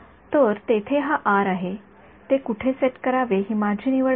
तर येथे हा आर आहे ते कुठे सेट करावे हे माझी निवड आहे